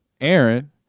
Aaron